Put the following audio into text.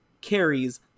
carries